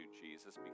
Jesus